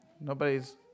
Nobody's